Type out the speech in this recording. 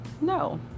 No